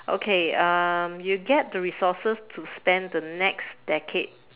okay um you get the resources to spend the next decade